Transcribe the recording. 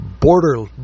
border